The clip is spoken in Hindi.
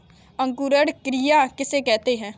अंकुरण क्रिया किसे कहते हैं?